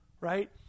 right